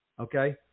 okay